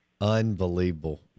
Unbelievable